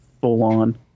full-on